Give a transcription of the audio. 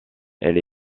elle